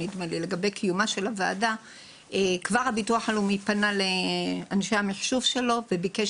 ישיבה זו הביטוח הלאומי פנה לאנשים המחשוב שלו וביקש